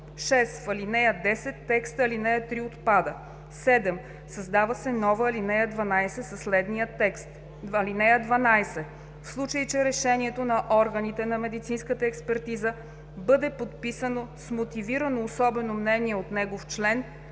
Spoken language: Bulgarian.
6. в ал. 10 текстът „ал. 3“ отпада; 7. създава се нова ал. 12 със следния текст: „(12) В случай че решението на органите на медицинската експертиза бъде подписано с мотивирано особено мнение от негов член,